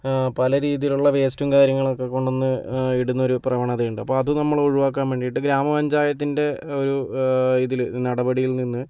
പല രീതിയിലുള്ള വേസ്റ്റും കാര്യങ്ങളക്കെ കൊണ്ട് വന്ന് ഇടുന്നൊരു പ്രവണതയുണ്ട് അപ്പം അത് നമ്മള് ഒഴിവാക്കാൻ വേണ്ടിയിട്ട് ഗ്രാമപഞ്ചായത്തിൻ്റെ ഒരു ഇതില് നടപടിയിൽ നിന്ന്